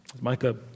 Micah